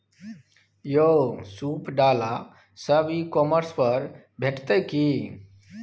यौ सूप डाला सब ई कॉमर्स पर भेटितै की?